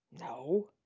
No